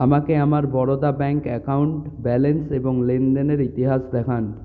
আমাকে আমার Baroda bank account balance এবং লেনদেনের ইতিহাস দেখান